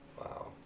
Wow